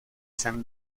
san